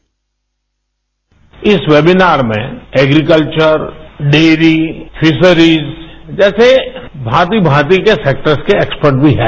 bite इस webinar में agriculture dairy fisheries जैसे भांति भांति के सेक्टर्स के एक्सपर्ट भी हैं